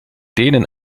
denen